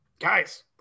Guys